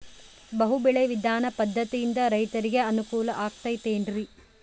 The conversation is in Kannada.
ಬಹು ಬೆಳೆ ವಿಧಾನ ಪದ್ಧತಿಯಿಂದ ರೈತರಿಗೆ ಅನುಕೂಲ ಆಗತೈತೇನ್ರಿ?